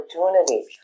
opportunity